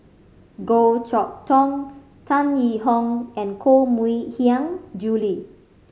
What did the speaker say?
Goh Chok Tong Tan Yee Hong and Koh Mui Hiang Julie